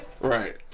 Right